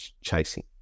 chasing